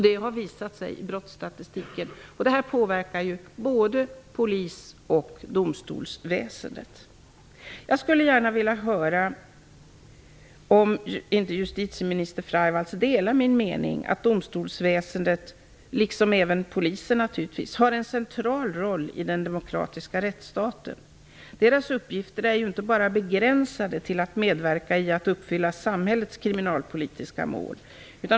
Detta har visat sig i brottsstatistiken. Det här påverkar både polis och domstolsväsendet. Jag skulle gärna vilja höra om justitieminister Freivalds delar min mening att domstolsväsendet, liksom polisen naturligtvis, har en central roll i den demokratiska rättsstaten. Deras uppgifter är ju inte bara begränsade till medverkan i att uppfylla samhällets kriminalpolitiska mål.